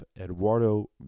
Eduardo